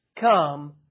come